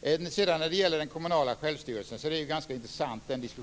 Den diskussion Göran Magnusson tar upp om den kommunala självstyrelsen är intressant.